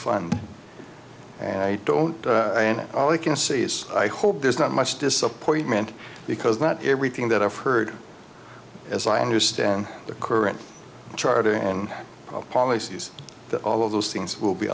fund and i don't know i can say is i hope there's not much disappointment because not everything that i've heard as i understand the current charter and policies that all of those things will be